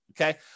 Okay